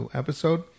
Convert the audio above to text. episode